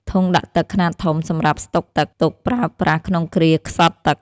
ធុងដាក់ទឹកខ្នាតធំសម្រាប់ស្តុកទឹកទុកប្រើប្រាស់ក្នុងគ្រាខ្សត់ទឹក។